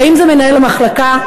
האם זה מנהל המחלקה,